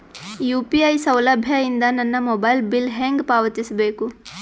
UPI ಸೌಲಭ್ಯ ಇಂದ ನನ್ನ ಮೊಬೈಲ್ ಬಿಲ್ ಹೆಂಗ್ ಪಾವತಿಸ ಬೇಕು?